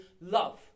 love